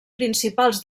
principals